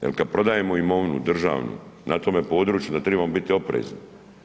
Jer kad prodajemo imovinu državnu, na tome području onda trebamo biti oprezni.